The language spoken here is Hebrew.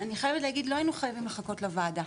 לא היינו צריכים לחכות לוועדה,